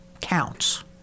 counts